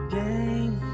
game